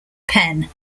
penn